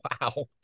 wow